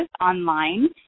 online